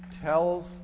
tells